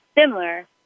similar